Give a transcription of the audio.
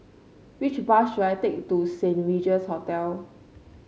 which bus should I take to Saint Regis Hotel